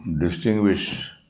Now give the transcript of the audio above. distinguish